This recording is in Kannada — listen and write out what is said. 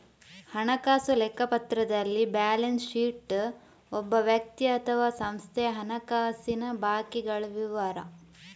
ಹಣಕಾಸು ಲೆಕ್ಕಪತ್ರದಲ್ಲಿ ಬ್ಯಾಲೆನ್ಸ್ ಶೀಟ್ ಒಬ್ಬ ವ್ಯಕ್ತಿ ಅಥವಾ ಸಂಸ್ಥೆಯ ಹಣಕಾಸಿನ ಬಾಕಿಗಳ ವಿವರ